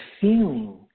feeling